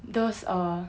those err